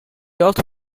also